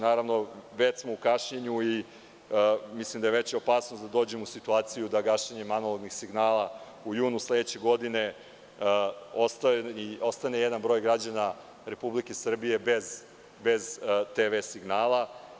Naravno, već smo u kašnjenju i mislim da je veća opasnost da dođemo u situaciju da gašenjem analognih signala u junu sledeće godine jedan broj građana Republike Srbije ostane bez TV signala.